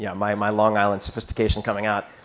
yeah my and my long island sophistication coming out.